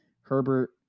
Herbert